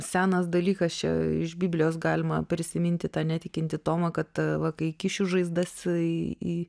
senas dalykas čia iš biblijos galima prisiminti tą netikintį tomą kad va kai įkišiu žaizdas į į